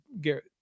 garrett